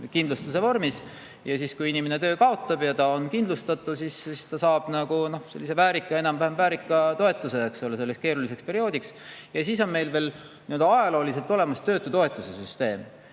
kindlustuse vormis. Kui inimene töö kaotab ja ta on kindlustatu, siis ta saab väärika, enam-vähem väärika, toetuse selleks keeruliseks perioodiks. Ja siis on meil veel ajalooliselt olemas töötutoetuse süsteem.